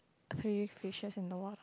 three fishes in the water